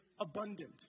abundant